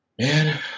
Man